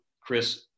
Chris